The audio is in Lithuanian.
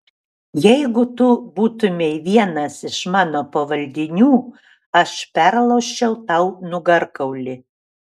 jeigu tu būtumei vienas iš mano pavaldinių aš perlaužčiau tau nugarkaulį